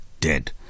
dead